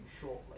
shortly